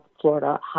Florida